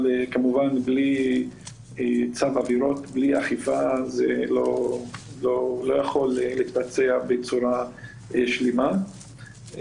בלי צו ובלי אכיפה, זה לא יכול להתבצע בצורה שלמה.